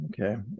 Okay